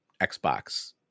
Xbox